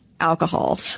alcohol